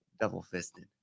Double-fisted